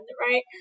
right